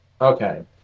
okay